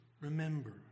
remember